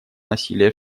насилия